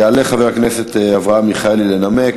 יעלה חבר הכנסת אברהם מיכאלי לנמק.